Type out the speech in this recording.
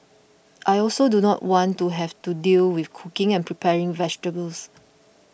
I also do not want to have to deal with cooking and preparing vegetables